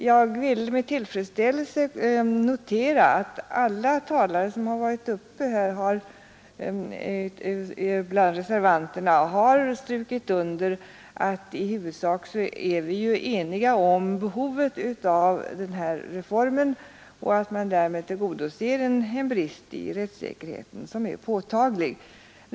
Jag vill med tillfredsställelse notera att alla företrädare för reservanterna som talat här har strukit under att vi i huvudsak är eniga om att det finns behov av den här reformen och att man med den avhjälper en påtaglig brist i rättssäkerheten.